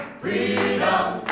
freedom